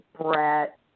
Brett